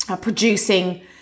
producing